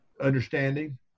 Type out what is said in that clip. understanding